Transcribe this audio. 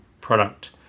product